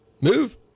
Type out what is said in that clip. move